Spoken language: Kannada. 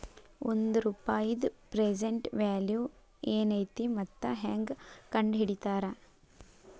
ಒಂದ ರೂಪಾಯಿದ್ ಪ್ರೆಸೆಂಟ್ ವ್ಯಾಲ್ಯೂ ಏನೈತಿ ಮತ್ತ ಹೆಂಗ ಕಂಡಹಿಡಿತಾರಾ